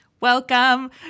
Welcome